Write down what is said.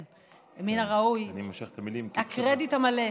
מן הראוי, הקרדיט המלא.